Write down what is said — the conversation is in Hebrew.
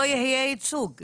לא יהיה ייצוג.